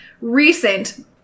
recent